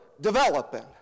developing